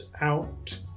out